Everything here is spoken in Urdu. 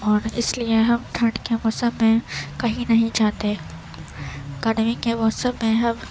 اور اس لیے ہم ٹھنڈ کے موسم میں کہیں نہیں جاتے گرمی کے موسم میں ہم